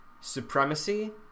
supremacy